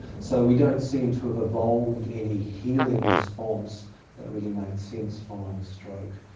so we don't seem to have evolved any healing response that really makes sense following stroke,